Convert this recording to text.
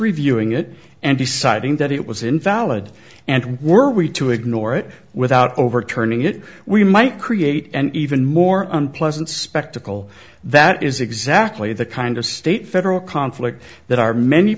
reviewing it and deciding that it was invalid and were we to ignore it without overturning it we might create an even more unpleasant spectacle that is exactly the kind of state federal conflict that our many